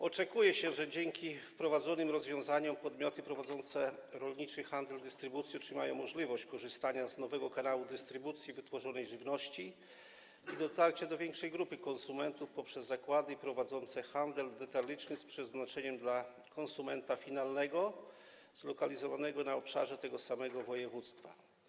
Oczekuje się, że dzięki wprowadzonym rozwiązaniom podmioty prowadzące rolniczy handel, dystrybucję otrzymają możliwość korzystania z nowego kanału dystrybucji wytworzonej żywności i dotarcia do większej grupy konsumentów poprzez zakłady prowadzące handel detaliczny z przeznaczeniem dla konsumenta finalnego zlokalizowanego na obszarze tego samego województwa.